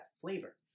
flavor